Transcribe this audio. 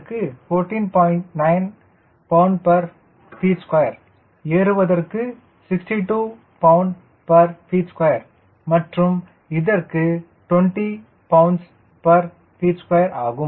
9 lbft2 ஏறுவதற்கு 62 lbft2 மற்றும் இதற்கு 20 kgm2 ஆகும்